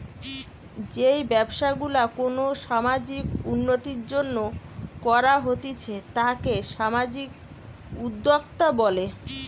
যেই ব্যবসা গুলা কোনো সামাজিক উন্নতির জন্য করা হতিছে তাকে সামাজিক উদ্যোক্তা বলে